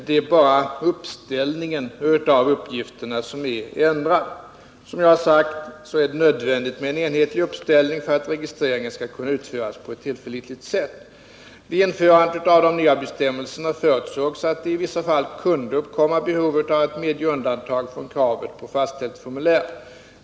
Det är bara uppställningen av uppgifterna som är ändrad. Som jag har sagt är det nödvändigt med en enhetlig uppställning för att registreringen skall kunna utföras på ett tillförlitligt sätt. Vid införandet av de nya bestämmelserna förutsågs att det i vissa fall kunde uppkomma behov av att medge undantag från kravet på fastställt formulär.